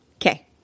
Okay